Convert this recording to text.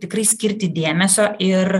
tikrai skirti dėmesio ir